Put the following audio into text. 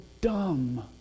dumb